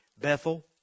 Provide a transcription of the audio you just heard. Bethel